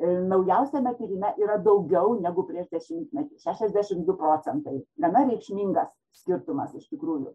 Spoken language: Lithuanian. naujausiame tyrime yra daugiau negu prieš dešimtmetį šešiasdešimt du procentai gana reikšmingas skirtumas iš tikrųjų